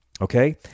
okay